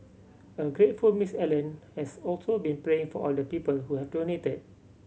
a grateful Miss Allen has also been praying for all the people who have donated